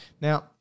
Now